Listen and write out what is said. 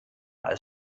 als